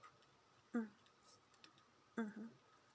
mm mmhmm